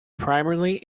primarily